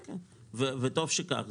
וטוב שכך.